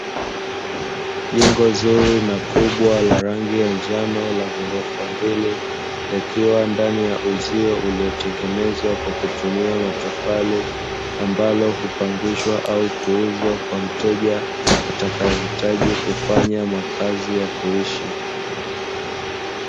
Jengo zuri na kubwa la rangi ya njano, la ghorofa mbili, likiwa ndani ya uzio uliotengenezwa kwa kutumia matofali, ambalo hupangishwa au kuuzwa kwa mteja atakayehitaji kufanya makazi ya kuishi.